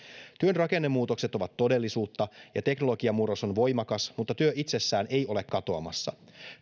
rakennemuutokset ovat todellisuutta ja teknologian murros on voimakas mutta työ itsessään ei ole katoamassa